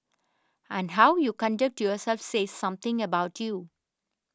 and how you conduct yourself say something about you